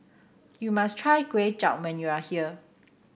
you must try Kuay Chap when you are here